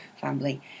family